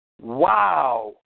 wow